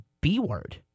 B-word